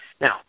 Now